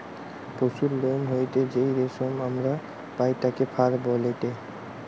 পশুর লোম হইতে যেই রেশম আমরা পাই তাকে ফার বলেটে